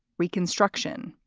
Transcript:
reconstruction.